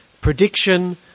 prediction